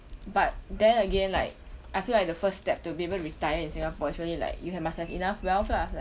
but then again like I feel like the first step to be able to retire in singapore is really like you ha~ must have enough wealth lah it's like